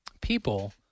people